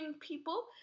people